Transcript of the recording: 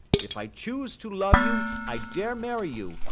if i choose to love you, i dare marry you,